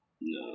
no